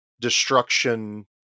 destruction